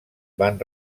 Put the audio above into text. van